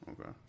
Okay